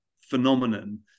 phenomenon